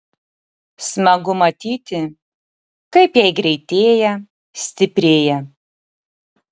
smagu matyti kaip jei greitėja stiprėja